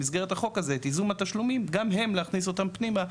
במסגרת החוק הזה את ייזום התשלומים גם הם להכניס אותם פנימה,